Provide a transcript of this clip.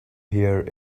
here